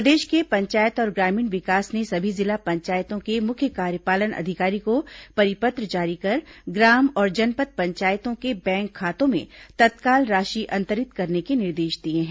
प्रदेश के पंचायत और ग्रामीण विकास ने सभी जिला पंचायतों के मुख्य कार्यपालन अधिकारी को परिपत्र जारी कर ग्राम और जनपद पंचायतों के बैंक खातों में तत्काल राशि अंतरित करने के निर्देश दिए हैं